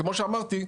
כמו שאמרתי,